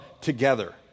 together